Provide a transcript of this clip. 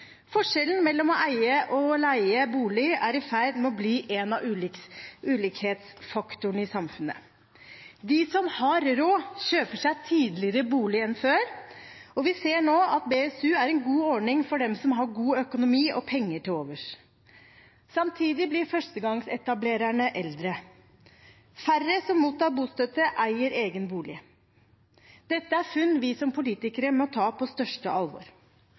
Forskjellen mellom å eie og å leie bolig er i ferd med å bli en av ulikhetsfaktorene i samfunnet. De som har råd, kjøper seg tidligere bolig enn før, og vi ser nå at BSU er en god ordning for dem som har god økonomi og penger til overs. Samtidig blir førstegangsetablererne eldre. Færre som mottar bostøtte, eier egen bolig. Dette er funn vi som politikere må ta på største alvor.